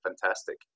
fantastic